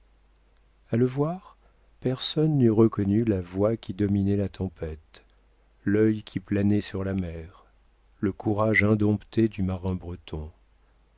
a le voir personne n'eût reconnu la voix qui dominait la tempête l'œil qui planait sur la mer le courage indompté du marin